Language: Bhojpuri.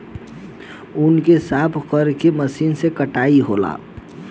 ऊँन के साफ क के मशीन से कताई होला